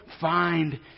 find